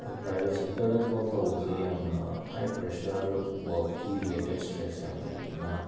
ꯗꯣ ꯄ꯭ꯔꯥꯏꯕꯦꯠ ꯁꯦꯛꯇꯔꯗ ꯊꯕꯛ ꯇꯧꯕꯁꯦ ꯌꯥꯝꯅ ꯍꯥꯏ ꯄ꯭ꯔꯦꯁꯔ ꯋꯛꯀꯤ ꯔꯤꯂꯦꯇꯦꯠ ꯁ꯭ꯇ꯭ꯔꯦꯁ ꯌꯥꯝꯅ ꯂꯩꯕꯅꯤꯅ